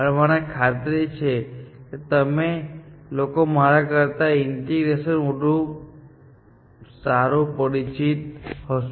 મને ખાતરી છે કે તમે લોકો મારા કરતા ઈન્ટિગ્રશન થી વધુ પરિચિત હશો